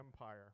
empire